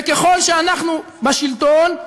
וככל שאנחנו בשלטון,